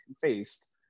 faced